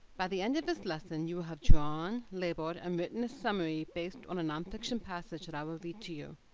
by the end of this lesson you will have drawn, labeled and written a summary based on a nonfiction passage that i will read to you.